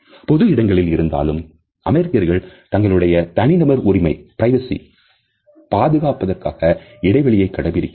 பொது இடங்களில் இருந்தாலும் அமெரிக்கர்கள் தங்களுடைய தனி நபர் உரிமையை பாதுகாப்பதற்காக இடைவெளியை கடைபிடிக்கிறார்கள்